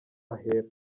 ahera